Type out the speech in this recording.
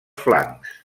flancs